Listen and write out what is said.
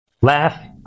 Laugh